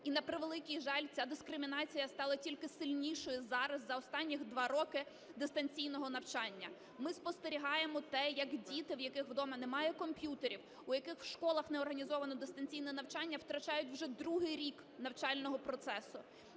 І, на превеликий жаль, ця дискримінація стала тільки сильнішою зараз за останні два роки дистанційного навчання. Ми спостерігаємо те, як діти, у яких вдома немає комп'ютерів, у яких в школах не організовано дистанційне навчання, втрачають вже другий рік навчального процесу.